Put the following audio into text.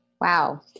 Wow